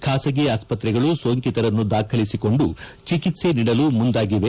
ಖಾಸಗಿ ಆಸ್ಪತ್ರೆಗಳು ಸೋಂಕಿತರನ್ನು ದಾಖಲಿಸಿಕೊಂಡು ಚಿಕಿತ್ಸೆ ನೀಡಲು ಮುಂದಾಗಿವೆ